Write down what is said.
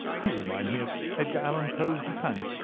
you remind me of edgar allen poe's dupin.